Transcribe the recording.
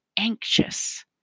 Anxious